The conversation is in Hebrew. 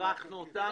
אחרי שהכרחנו אותם.